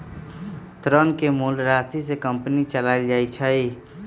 ऋण के मूल राशि से कंपनी चलाएल जाई छई